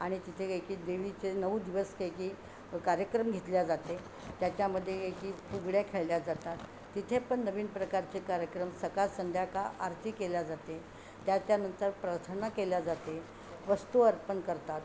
आणि तिथे एकेक देवीचे नऊ दिवस काही काही कार्यक्रम घेतले जाते त्याच्यामध्ये एकेक फुगड्या खेळल्या जातात तिथे पण नवीन प्रकारचे कार्यक्रम सकाळ संध्याकाळ आरती केल्या जाते त्याच्यानंतर प्रार्थना केल्या जाते वस्तू अर्पण करतात